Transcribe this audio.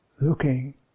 Looking